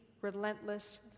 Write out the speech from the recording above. relentless